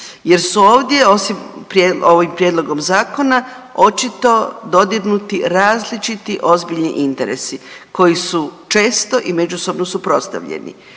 jer su ovdje ovim Prijedlogom zakona očito dodirnuti različiti ozbiljni interesi koji su često i međusobno suprotstavljeni.